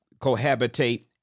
cohabitate